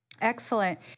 Excellent